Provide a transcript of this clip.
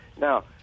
Now